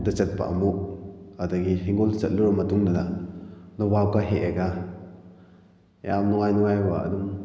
ꯗ ꯆꯠꯄ ꯑꯃꯨꯛ ꯑꯗꯒꯤ ꯍꯤꯡꯒꯣꯜ ꯆꯠꯂꯨꯔ ꯃꯇꯨꯡꯗꯨꯗ ꯅꯣꯕꯥꯞꯀ ꯍꯦꯛꯂꯒ ꯌꯥꯝ ꯅꯨꯡꯉꯥꯏ ꯅꯨꯡꯉꯥꯏꯕ ꯑꯗꯨꯝ